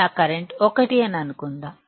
నా కరెంట్ 1 అని అనుకుందాం